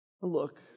Look